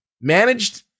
managed